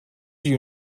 you